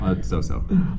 so-so